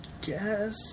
guess